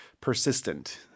persistent